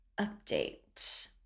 update